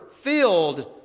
filled